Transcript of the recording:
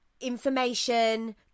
information